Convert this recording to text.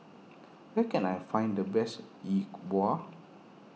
where can I find the best Yi Bua